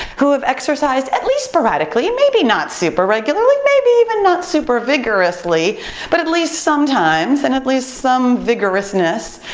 who have exercised at least sporadically, maybe not super regularly, maybe even not super vigorously but at least sometimes and at least some vigorousness,